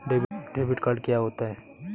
Debit card क्या होता है?